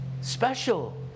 Special